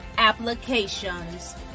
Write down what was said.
applications